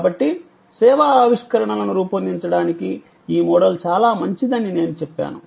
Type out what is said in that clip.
కాబట్టి సేవా ఆవిష్కరణలను రూపొందించడానికి ఈ మోడల్ చాలా మంచిదని నేను చెప్పాను